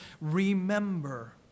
remember